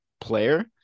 player